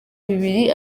bibiri